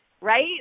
right